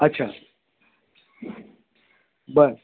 अच्छा बरं